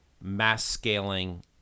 mass-scaling